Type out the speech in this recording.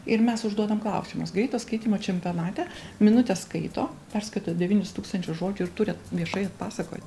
ir mes užduodam klausimus greito skaitymo čempionate minutę skaito perskaito devynis tūkstančius žodžių ir turi viešai atpasakot